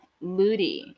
Ludi